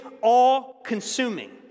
all-consuming